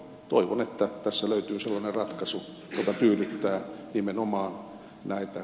toivon että tässä löytyy sellainen ratkaisu joka tyydyttää nimenomaan näitä